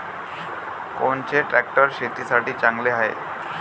कोनचे ट्रॅक्टर शेतीसाठी चांगले हाये?